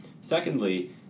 Secondly